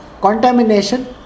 contamination